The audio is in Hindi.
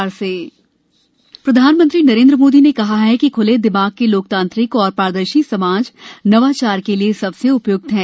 पीएम संवाद सम्मेलन प्रधानमंत्री नरेंद्र मोदी ने कहा है कि ख्ले दिमाग के लोकतांत्रिक और पारदर्शी समाज नवाचार के लिए सबसे उपयुक्त है